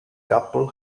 couple